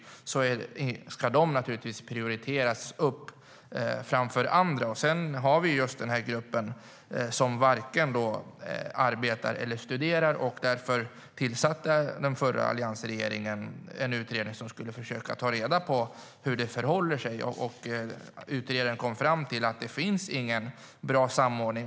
De ska naturligtvis prioriteras. Sedan har vi just gruppen som varken arbetar eller studerar. Alliansregeringen tillsatte en utredning som skulle försöka ta reda på hur det förhåller sig med den gruppen. Utredaren kom fram till att det inte finns någon bra samordning.